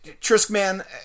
Triskman